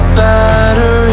better